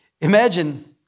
Imagine